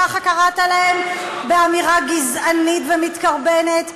ככה קראת להם באמירה גזענית ומתקרבנת?